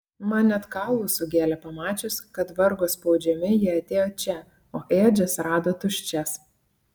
man net kaulus sugėlė pamačius kad vargo spaudžiami jie atėjo čia o ėdžias rado tuščias